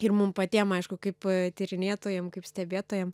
ir mum patiem aišku kaip tyrinėtojam kaip stebėtojam